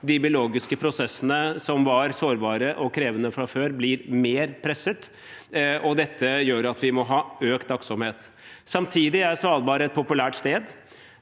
De biologiske prosessene, som var sårbare og krevende fra før, blir mer presset, og dette gjør at vi må ha økt aktsomhet. Samtidig er Svalbard et populært sted